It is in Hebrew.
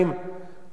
כאשר יש